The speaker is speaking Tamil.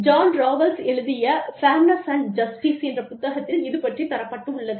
ஜான் ராவல்ஸ் எழுதிய ஃபேர்னெஸ் அண்ட் ஜஸ்டிஸ் என்ற புத்தகத்தில் இது பற்றித் தரப்பட்டுள்ளது